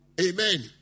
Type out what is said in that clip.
Amen